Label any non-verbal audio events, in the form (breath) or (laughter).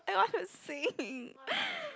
i want to sing (breath)